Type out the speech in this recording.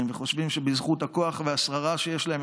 וחושבים שבזכות הכוח והשררה שיש להם,